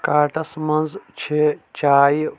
carts منٛز چھِ چایہِ